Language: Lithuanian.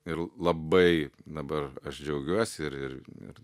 ir labai dabar aš džiaugiuosi ir ir ir